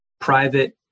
private